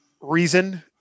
reason